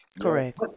Correct